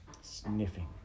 sniffing